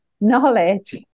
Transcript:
knowledge